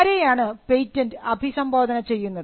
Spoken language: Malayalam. ആരെയാണ് പേറ്റന്റ് അഭിസംബോധന ചെയ്യുന്നത്